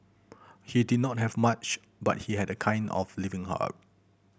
he did not have much but he had a kind of living heart